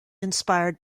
inspired